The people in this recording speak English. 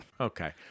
okay